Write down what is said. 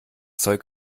zeug